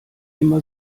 immer